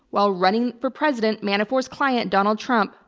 while running for president, manafort's client, donald trump,